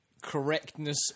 correctness